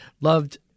loved